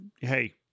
hey